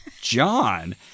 John